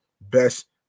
best